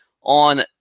on